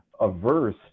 averse